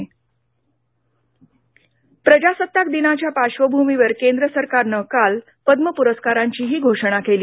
पद्म प्रस्कार प्रजासत्ताक दिनाच्या पार्श्वभूमीवर केंद्र सरकारनं काल पद्म पुरस्कारांचीही घोषणा केली